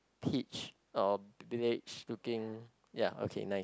peach or beige looking ya okay nice